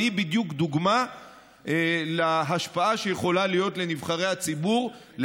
והיא בדיוק דוגמה להשפעה שיכולה להיות לנבחרי הציבור על